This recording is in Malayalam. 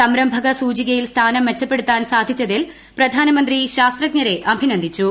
സംരംഭക സൂചികയിലെ സ്ഥാനം മെച്ചപ്പെടുത്താൻ സാധിച്ചതിൽ പ്രധാനമന്ത്രി ശാസ്ത്രജ്ഞരെ അഭിനന്ദിച്ചു